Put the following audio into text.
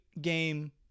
game